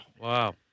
Wow